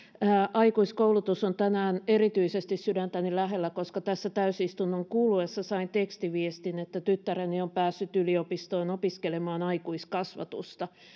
aikuiskoulutus on tänään erityisesti sydäntäni lähellä koska tässä täysistunnon kuluessa sain tekstiviestin että tyttäreni on päässyt yliopistoon opiskelemaan aikuiskasvatusta